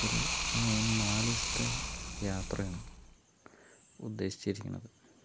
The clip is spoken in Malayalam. ഇപ്പൊരു മൂന്ന് നാല് ദിവസത്തെ യാത്രയാണ് ഉദ്ദേശിച്ചിരിക്കുന്നത്